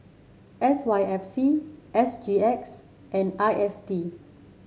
S Y F C S G X and I S D